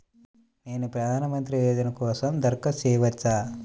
నేను ప్రధాన మంత్రి యోజన కోసం దరఖాస్తు చేయవచ్చా?